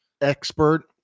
expert